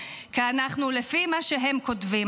כי לפי מה שהם כותבים,